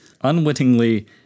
unwittingly